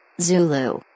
zulu